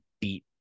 beat